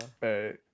right